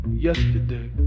Yesterday